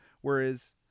whereas